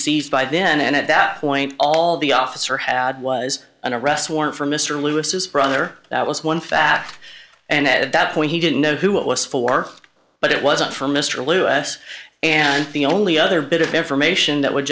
by then and at that point all the officer had was an arrest warrant for mr lewis's brother that was one fast and at that point he didn't know who it was for but it wasn't for mr lewis and the only other bit of information that would